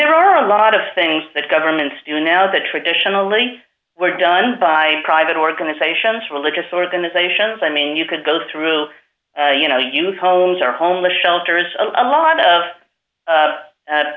there are a lot of things that governments do now that traditionally were done by private organizations religious organizations i mean you could go through you know use homes or homeless shelters a lot of